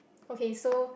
okay so